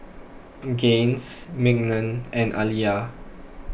Gaines Mignon and Aliyah